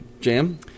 jam